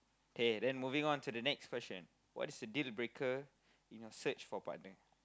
okay then moving on to the next question what is the deal breaker in your search for partner